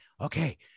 Okay